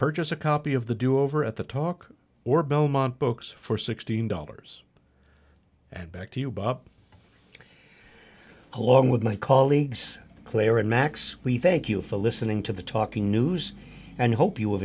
purchase a copy of the do over at the talk or belmont books for sixteen dollars and back to you bob along with my colleagues claire and max we thank you for listening to the talking news and hope you